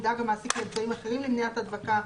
ידאג המעסיק לאמצעים אחרים למניעת הדבקה,